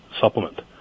supplement